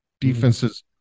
defenses